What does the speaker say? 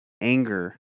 anger